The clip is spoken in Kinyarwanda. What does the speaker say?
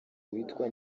witwa